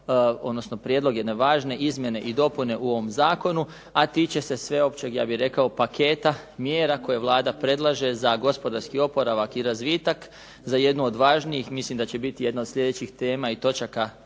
odnosno prijedlog jedne važne izmjene i dopune u ovom zakonu, a tiče se sveopćeg ja bih rekao paketa mjera koje Vlada predlaže za gospodarski oporavak i razvitak, za jednu od važnijih mislim da će biti jedna od sljedećih tema i točaka